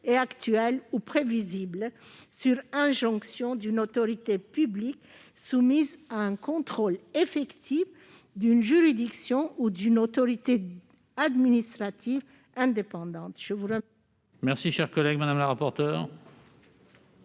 et actuelle ou prévisible, sur injonction d'une autorité publique, soumise à un contrôle effectif d'une juridiction ou d'une autorité administrative indépendante